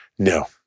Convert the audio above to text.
No